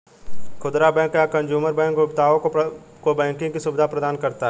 खुदरा बैंक या consumer bank उपभोक्ताओं को बैंकिंग की सुविधा प्रदान करता है